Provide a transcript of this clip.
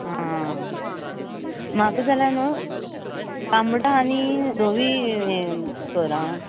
आं म्हाक जाल्यार न्हू तांबडो आनी धवी हे कर आं